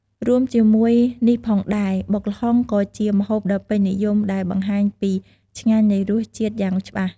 រួមជាមួយនេះផងដែរ បុកល្ហុងក៏ជាម្ហូបដ៏ពេញនិយមដែលបង្ហាញពីឆ្ញាញ់នៃរសជាតិយ៉ាងច្បាស់។